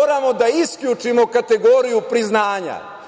Moramo da isključimo kategoriju priznanja.